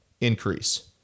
increase